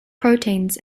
proteins